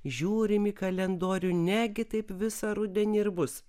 žiūrim į kalendorių negi taip visą rudenį ir bus